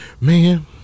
man